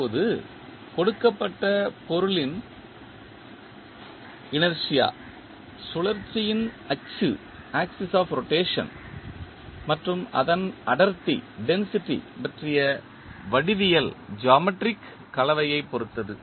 இப்போது கொடுக்கப்பட்ட பொருளின் இனர்ஷியா சுழற்சியின் அச்சு மற்றும் அதன் அடர்த்தி பற்றிய வடிவியல் கலவையைப் பொறுத்தது